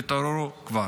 תתעוררו כבר.